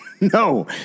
No